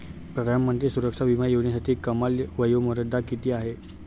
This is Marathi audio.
प्रधानमंत्री सुरक्षा विमा योजनेसाठी कमाल वयोमर्यादा किती आहे?